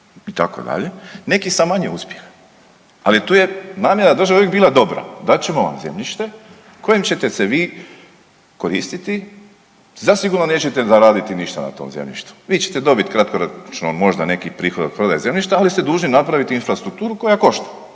itd., neki sa manje uspjeha, ali tu je namjera države uvijek bila dobra. Dat ćemo vam zemljište kojim ćete se vi koristiti, zasigurno nećete zaraditi ništa na tom zemljištu. Vi ćete dobiti kratkoročno možda neki prihod od prodaje zemljišta, ali ste dužni napraviti infrastrukturu koja košta,